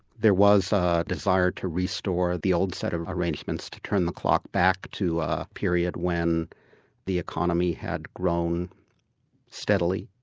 there was ah a desire to restore the old set of arrangements, to turn the clock back to a period when the economy had grown steadily,